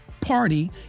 party